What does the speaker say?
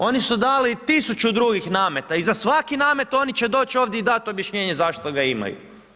Oni su dali 1000 drugih nameta i za svaki namet oni će doći ovdje i dati objašnjenje zašto ga imaju.